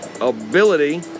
ability